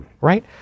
right